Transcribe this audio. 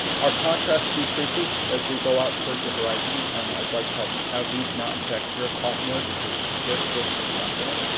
our contrast decreases as we go out toward the so horizon. and i'd like to have these mountains back here pop more because they're so spectacular.